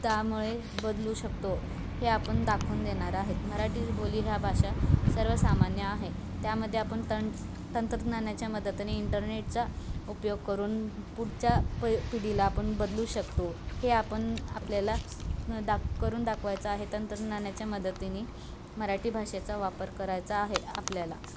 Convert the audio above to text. त्यामुळे बदलू शकतो हे आपण दाखवून देणार आहेत मराठी बोली ह्या भाषा सर्व सामान्य आहे त्यामध्ये आपण तं तंत्रज्ञानाच्या मदतीने इंटरनेटचा उपयोग करून पुढच्या प पिढीला आपण बदलू शकतो हे आपण आपल्याला दाक करून दाखवायचं आहे तंत्रज्ञानाच्या मदतीने मराठी भाषेचा वापर करायचा आहे आपल्याला